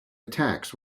attacks